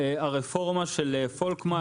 הרפורמה של פולקמן,